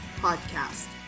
Podcast